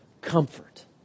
comfort